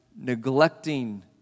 neglecting